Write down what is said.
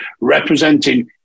representing